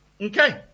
Okay